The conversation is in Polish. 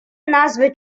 nazwy